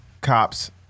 cops